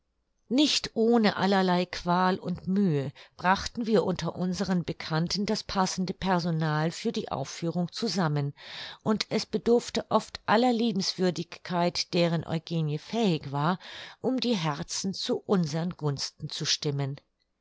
nicht ohne allerlei qual und mühe brachten wir unter unseren bekannten das passende personal für die aufführung zusammen und es bedurfte oft aller liebenswürdigkeit deren eugenie fähig war um die herzen zu unsern gunsten zu stimmen